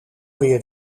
weer